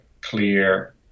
clear